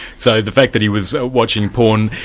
so the fact that he was watching porn,